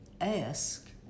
Ask